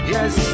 Yes